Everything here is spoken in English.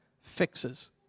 fixes